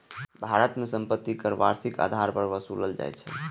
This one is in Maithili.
भारत मे संपत्ति कर वार्षिक आधार पर ओसूलल जाइ छै